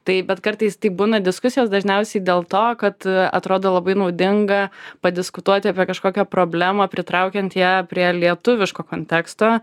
tai bet kartais tai būna diskusijos dažniausiai dėl to kad atrodo labai naudinga padiskutuoti apie kažkokią problemą pritraukiant ją prie lietuviško konteksto